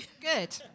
Good